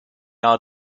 are